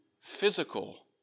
physical